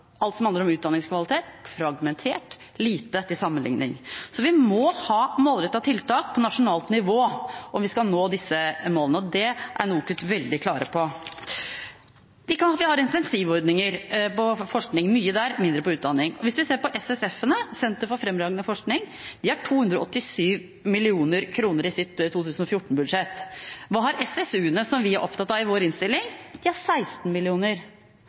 Alt som handler om utdanningskvalitet, er fragmentert og lite til sammenlikning. Vi må ha målrettede tiltak på nasjonalt nivå om vi skal nå disse målene, og det er NOKUT veldig klare på. Vi kan alltids ha incentivordninger for forskning – mye der og mindre på utdanning. Hvis vi ser på SFF-ene – Sentre for fremragende forskning – har de 287 mill. kr i sitt 2014-budsjett. Hva har SFU-ene, som vi er opptatt av i vår innstilling? De har 16